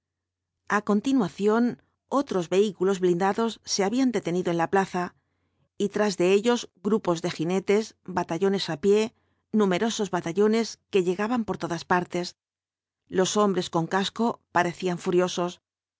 a continuación otros vehículos blindados se habían detenido en la plaza y tras de ellos grupos de jinetes batallones á pie numerosos batallones que llegaban por todas partes los hombres con casco parecían furiosos